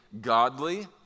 godly